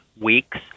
weeks